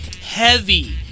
heavy